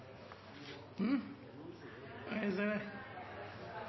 Jeg tror det